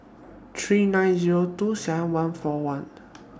three nine Zero two seven one four one